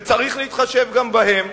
וצריך להתחשב גם בהם.